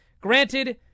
granted